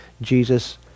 Jesus